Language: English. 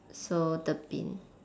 so thirteen